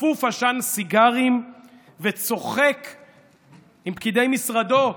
אפוף עשן סיגרים וצוחק עם פקידי משרדו,